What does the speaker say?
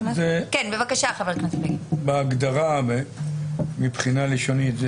בהגדרה, מבחינה לשונית,